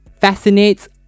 fascinates